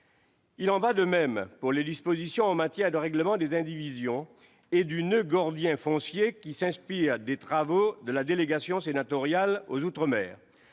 Il en va de même pour les dispositions en matière de règlement des indivisions concernant le noeud gordien foncier qui s'inspirent des travaux de la délégation sénatoriale aux outre-mer.